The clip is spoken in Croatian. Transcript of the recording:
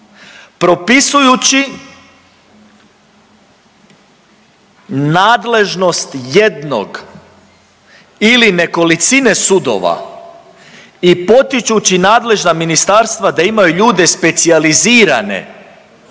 propisujući nadležnost jednog ili nekolicine sudova i potičući nadležna ministarstva da imaju ljude specijalizirane,